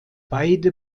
beide